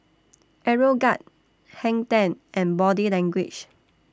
Aeroguard Hang ten and Body Language